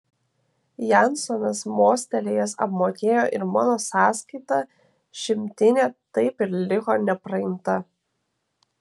jansonas mostelėjęs apmokėjo ir mano sąskaitą šimtinė taip ir liko nepraimta